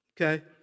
okay